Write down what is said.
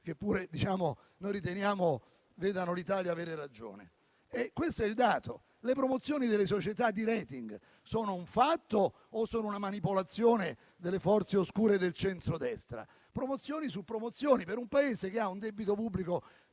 che pure riteniamo vedano l'Italia avere ragione. Questo è il dato. Le promozioni delle società di *rating* sono un fatto o sono una manipolazione delle forze oscure del centrodestra? Promozioni su promozioni per un Paese che ha un debito pubblico